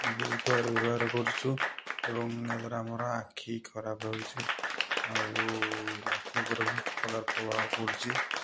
ବହୁତ ଭାବରେ ବ୍ୟବହାର କରୁଛୁ ଏବଂ ଏହା ଦ୍ଵାରା ଆମର ଆଖି ଖରାପ ହେଉଛି ଆଉ ଆଖି ଉପରେ ବହୁତ ପ୍ରକାର ପ୍ରଭାବ ପଡ଼ୁଛି